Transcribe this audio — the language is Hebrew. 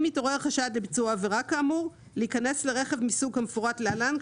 אם התעורר חשד לביצוע עבירה כאמור להיכנס לרכב מסוג כמפורט להלן,